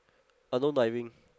unknown diving